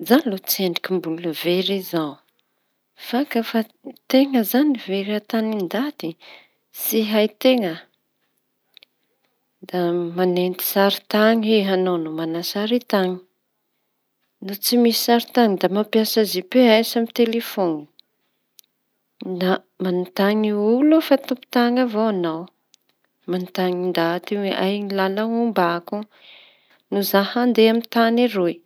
Zaho aloha tsendriky mbola very izao fa kà teña izañy very an-tany ndaty tsy hay teña da manenty sarintany e añao no mana sarin-tany no tsy misy sarintany da mampiasa GPS amin telefaoni da manontany olo fa tompon tany avao: añao manontany ndaty io hoe ay lala ombako no za andeha amin'ny tany eroy.